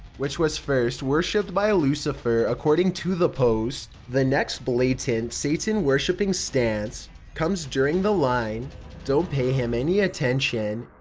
which was first worshipped by lucifer, according to the post. the next blatant satan-worshipping stance comes during the line don't pay him any attention,